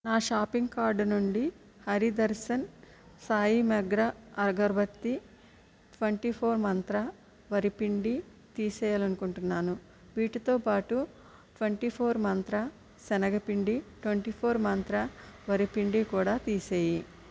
నా shopping cart నుండి Hari Darshan Sai Mogra agarbatti twenty four Mantra వరిపిండి తీసేయాలనుకుంటున్నాను వీటితోబాటు ట్వెంటీ ఫోర్ మంత్ర సెనగ పిండి ట్వెంటీ ఫోర్ మంత్ర వరిపిండి కూడా తీసేయి